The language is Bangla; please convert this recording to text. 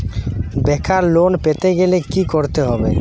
বেকার লোন পেতে গেলে কি করতে হবে?